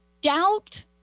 Doubt